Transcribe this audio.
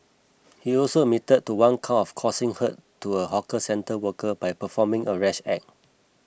he also admitted to one count of causing hurt to a hawker centre worker by performing a rash act